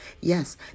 Yes